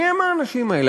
מי הם האנשים האלה?